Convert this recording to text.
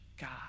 God